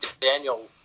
Daniel